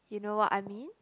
you know what I mean